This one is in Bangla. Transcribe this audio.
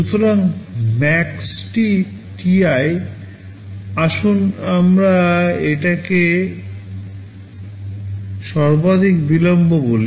সুতরাং maxt ti আসুন আমরা এটাকে সর্বাধিক বিলম্ব বলি